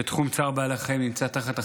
שתחום צער בעלי חיים נמצא תחת אחריותו,